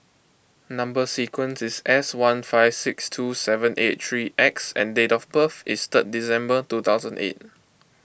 Number Sequence is S one five six two seven eight three X and date of birth is third December two thousand eight